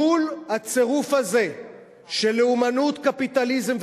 מול הצירוף הזה של לאומנות, קפיטליזם ודת,